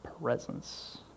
presence